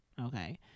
Okay